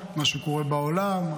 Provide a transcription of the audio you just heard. מה שקורה בעולם,